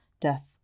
Death